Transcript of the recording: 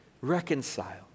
reconcile